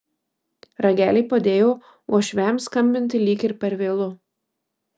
ragelį padėjo uošviams skambinti lyg ir per vėlu